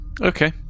Okay